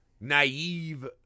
naive